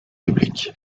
public